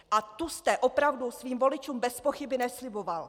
A tu jste opravdu svým voličům bezpochyby nesliboval.